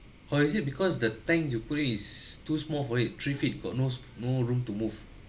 or is it because the thank you put it too small for it three feet got no s~ no room to move